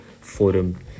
forum